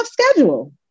schedule